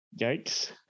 yikes